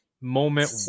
moment